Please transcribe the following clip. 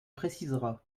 précisera